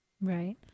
Right